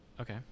okay